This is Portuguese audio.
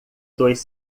dois